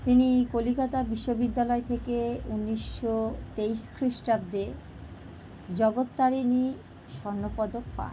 তিনি কলিকাতা বিশ্ববিদ্যালয় থেকে উনিশশো তেইশ খ্রিস্টাব্দে জগত্তারিণী স্বর্ণ পদক পান